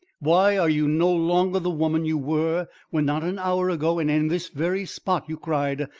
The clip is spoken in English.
why are you no longer the woman you were when not an hour ago and in this very spot you cried,